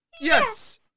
Yes